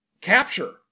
capture